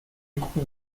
coût